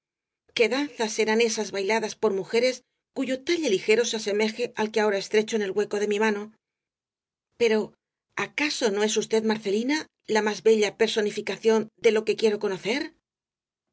qué danzas serán esas bailadas por mujeres cuyo talle ligero se asemeje al que ahora estrecho en el hueco de mi mano pero acaso no es usted marcelina la más bella personificación de lo que quiero conocer